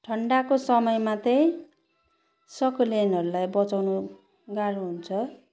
ठण्डाको समयमा चाहिँ सकुलेन्टहरूलाई बचाउनु गाह्रो हुन्छ